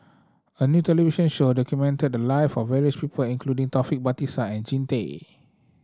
a new television show documented the live of various people including Taufik Batisah and Jean Tay